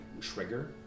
trigger